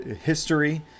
history